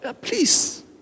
please